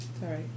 Sorry